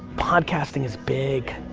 podcasting is big.